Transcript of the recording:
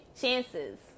chances